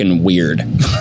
weird